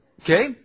Okay